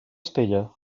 estella